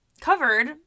covered